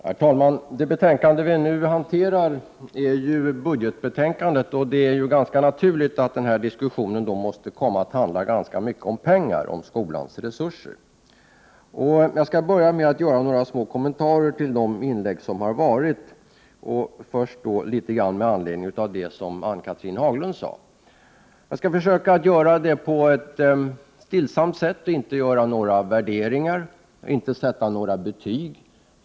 Herr talman! Det betänkande vi nu behandlar gäller ju budgeten för grundskolan. Det är därför naturligt att diskussionen måste komma att handla ganska mycket om pengar och om skolans resurser. Jag skall börja med att göra några små kommentarer till de inlägg som har gjorts, och jag börjar med det som Ann-Cathrine Haglund sade. Jag skall försöka att göra detta på ett stillsamt sätt, och inte göra några värderingar eller sätta några betyg.